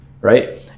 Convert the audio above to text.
right